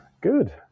Good